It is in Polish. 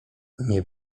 nie